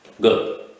good